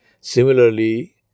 Similarly